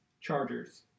Chargers